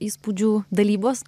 įspūdžių dalybos